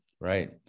right